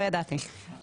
לא ידעתי,